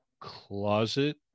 closet